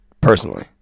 personally